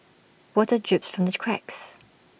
water drips from these cracks